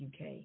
UK